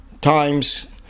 times